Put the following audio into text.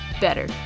better